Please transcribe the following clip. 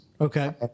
Okay